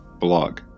blog